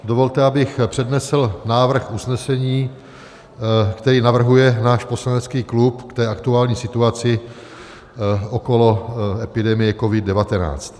Dovolte, abych přednesl návrh usnesení, který navrhuje náš poslanecký klub k té aktuální situaci okolo epidemie COVID19.